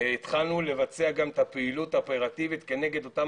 התחלנו גם לבצע את הפעילות האופרטיבית כנגד אותם